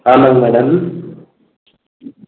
ஆமாம் மேடம்